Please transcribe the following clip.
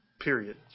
period